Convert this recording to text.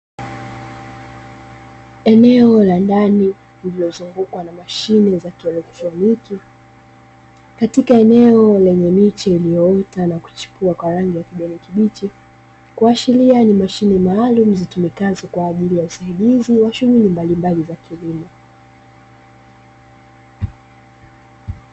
Eneo la ndani lililozungukwa na mashine za kielektroniki, katika eneo lenye miche iliyoota na kuchipua kwa rangi ya kijani kibichi, kuashiria ni mashine maalumu zitumikazo kwa ajili ya usaidizi wa shughuli mbalimbali za kilimo.